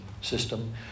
system